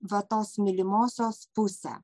va tos mylimosios pusę